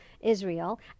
Israel